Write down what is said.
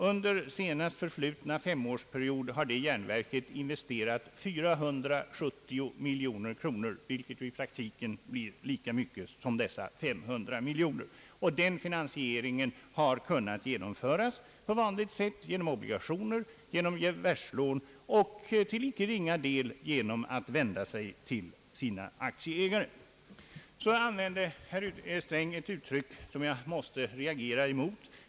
Under senast förflutna femårsperioden har det järnverket investerat 470 miljoner kronor, alltså i praktiken lika mycket som de 500 miljonerna till statsbanken, och denna finansiering hade kunnat genomföras på vanligt sätt, genom obligationer, reverslån och till icke ringa del genom att vända sig till aktieägarna. Herr Sträng använde ett uttryck, som jag måste reagera mot.